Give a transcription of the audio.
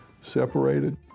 separated